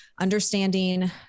Understanding